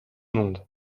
monde